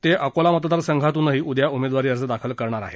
ते अकोला मतदार संघातूनही उद्या उमेदवारी अर्ज दाखल करणार आहेत